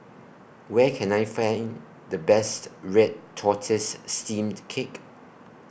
Where Can I Find The Best Red Tortoise Steamed Cake